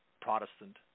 Protestant